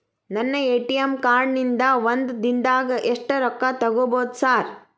ನನ್ನ ATM card ನಿಂದಾ ಒಂದ್ ದಿಂದಾಗ ಎಷ್ಟ ರೊಕ್ಕಾ ತೆಗಿಬೋದು ಸಾರ್?